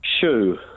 shoe